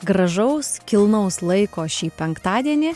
gražaus kilnaus laiko šį penktadienį